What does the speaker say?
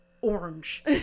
orange